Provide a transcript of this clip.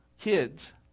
kids